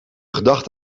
gedachte